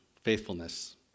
faithfulness